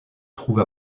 trouve